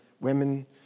women